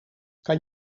kan